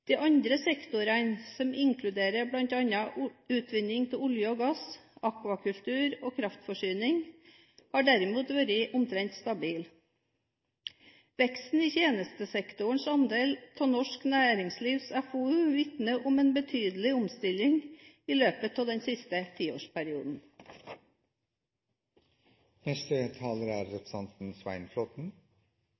De andre sektorene, som inkluderer bl.a. utvinning av olje og gass, akvakultur og kraftforsyning, har derimot vært omtrent stabile. Veksten i tjenestesektorens andel av norsk næringslivs FoU vitner om en betydelig omstilling i løpet av den siste tiårsperioden. Jeg er